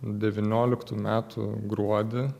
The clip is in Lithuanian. devynioliktų metų gruodį